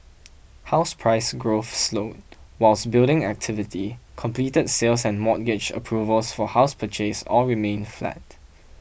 house price grow for slowed whilst building activity completed sales and mortgage approvals for house purchase all remained flat